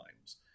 times